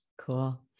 cool